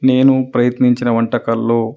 నేను ప్రయత్నించిన వంటకాల్లో